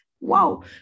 wow